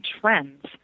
trends